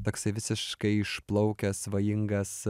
toksai visiškai išplaukęs svajingas